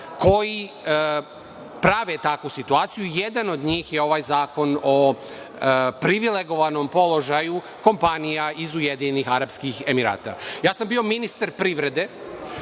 koji prave takvu situaciju i jedan od njih je ovaj zakon o privilegovanom položaju kompanija iz Ujedinjenih Arapskih Emirata. Ja sam bio ministar privrede